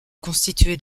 constitué